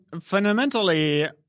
fundamentally